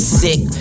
sick